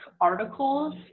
articles